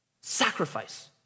sacrifice